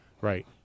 right